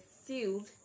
sealed